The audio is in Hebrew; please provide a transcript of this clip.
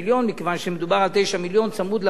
מכיוון שמדובר על 9 מיליון צמוד למדד,